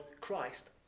Christ